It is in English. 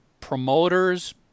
promoters